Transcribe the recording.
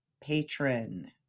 patron